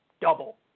double